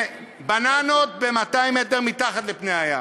ובננות ב-200 מטר מתחת לפני הים?